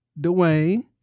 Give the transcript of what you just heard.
Dwayne